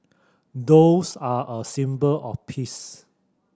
doves are a symbol of peace